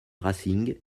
racing